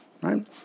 right